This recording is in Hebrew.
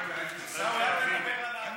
עיסאווי,